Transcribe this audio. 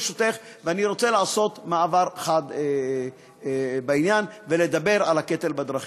ברשותך אני רוצה לעשות מעבד חד בעניין ולדבר על הקטל בדרכים.